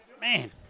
Man